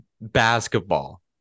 basketball